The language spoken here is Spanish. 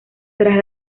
tras